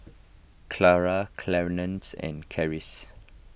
Charla Clarnce and Karis